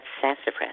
sassafras